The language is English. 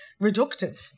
reductive